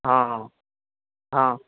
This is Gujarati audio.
હ હ